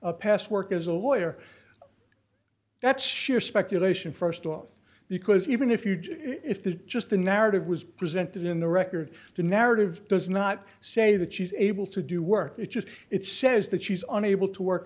her past work as a lawyer that's sheer speculation st off because even if you if the just the narrative was presented in the record the narrative does not say that she's able to do work it just it says that she's unable to work